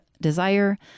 desire